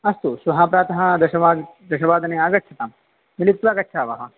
अस्तु श्वः प्रातः दशवाद् दशवादने आगच्छाताम् मिलित्वा गच्छावः